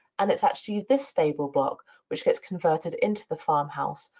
and it's actually this stable block which gets converted into the farmhouse,